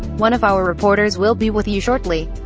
one of our reporters will be with you shortly.